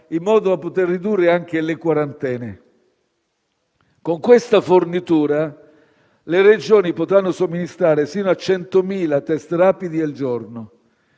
in modo da poter ridurre anche le quarantene. Con questa fornitura le Regioni potranno somministrare sino a 100.000 test rapidi al giorno.